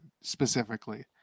specifically